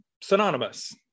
synonymous